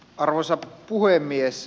arvoisa puhemies